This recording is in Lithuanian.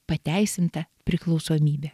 pateisinta priklausomybė